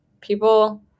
People